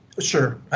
Sure